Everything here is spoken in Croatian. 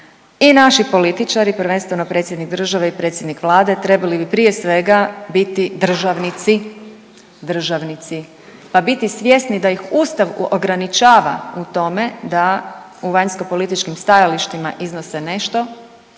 I naši političari, prvenstveno predsjednik države i predsjednik vlade trebali bi prije svega biti državnici, državnici, pa biti svjesni da ih ustav ograničava u tome da u vanjskopolitičkim stajalištima iznose nešto